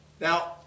Now